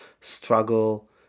struggle